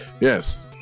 Yes